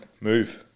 Move